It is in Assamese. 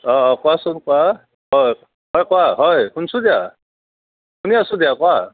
অঁ কোৱাচোন কোৱা হয় অঁ কোৱা হয় শুনিছোঁ দিয়া শুনি আছোঁ দিয়া কোৱা